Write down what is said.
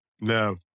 No